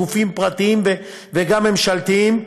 גופים פרטיים וגם ממשלתיים,